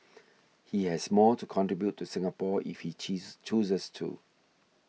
he has more to contribute to Singapore if he cheese chooses to